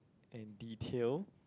and detail